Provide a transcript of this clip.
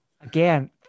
again